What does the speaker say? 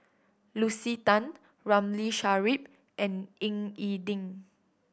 Lucy Tan Ramli Sarip and Ying E Ding